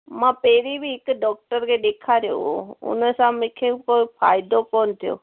मां पहिरीं बि हिकु डॉक्टर खे ॾेखारियो हो उन सां मूंखे को फ़ाइदो कोन्ह थियो